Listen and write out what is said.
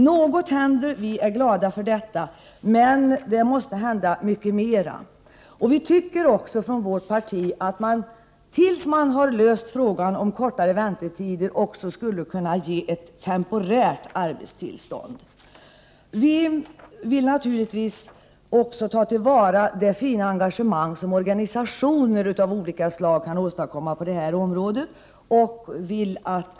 Något händer nu, och vi är glada för det. Det måste emellertid hända g ” Flyktingpolitiken mycket mera. Vi tycker också från vårt parti att tills man har löst frågan med de långa väntetiderna skulle man kunna ge temporära arbetstillstånd. Vi vill naturligtvis också ta till vara det fina engagemang som organisationer av olika slag har på detta området.